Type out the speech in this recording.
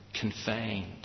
confined